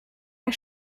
der